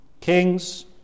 Kings